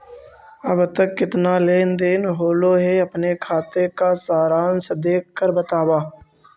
अब तक कितना लेन देन होलो हे अपने खाते का सारांश देख कर बतावा